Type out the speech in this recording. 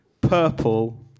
purple